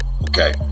okay